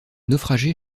naufragés